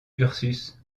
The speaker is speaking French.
ursus